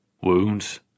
Wounds